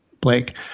Blake